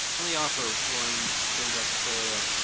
let me offer one thing dr. schiller